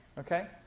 okay?